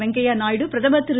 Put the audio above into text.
வெங்கய்ய நாயுடு பிரதமர் திரு